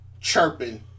chirping